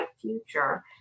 future